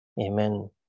Amen